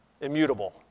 immutable